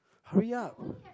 hurry up